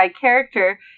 character